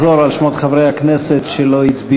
לפחות בהקשר הזה של התפרקות מסמכות ריבונית,